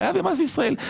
חייב במס בישראל.